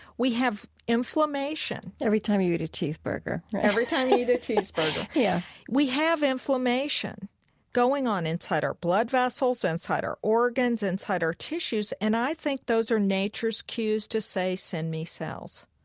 we have inflammation every time you you eat a cheeseburger, right? every time you eat a cheeseburger yeah we have inflammation going on inside our blood vessels, inside our organs, inside our tissues. and i think those are nature's cues to say, send me cells.